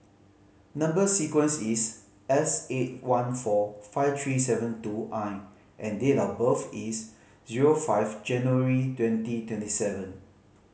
number sequence is S eight one four five three seven two I and date of birth is zero five January twenty twenty seven